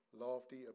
lofty